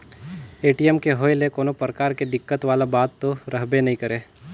ATM के होए ले कोनो परकार के दिक्कत वाला बात तो रहबे नइ करे